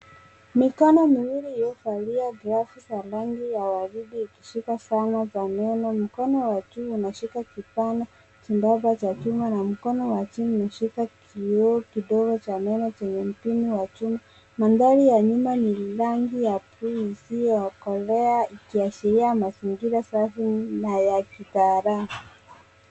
Mikono miwili iliyovalia glavu za rangi ya waridi ikishika zana za meno. Mkono wa juu unashika kipana kidogo cha chuma na mkono wa chini unashika kioo kidogo cha meno chenye mpini wa nyuma, Mandhari ya nyuma ni rangi ya bluu isiyokolea ikiashiria mazingira safi na ya kitaalam.